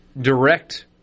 direct